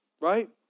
Right